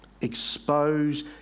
Expose